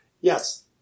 yes